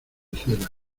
cela